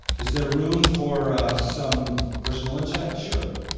is there room for some personal insights? sure.